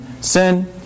sin